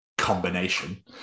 combination